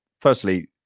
firstly